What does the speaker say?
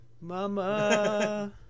Mama